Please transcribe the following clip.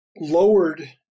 lowered